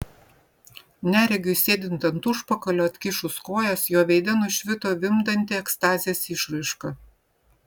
neregiui sėdint ant užpakalio atkišus kojas jo veide nušvito vimdanti ekstazės išraiška